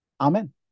Amen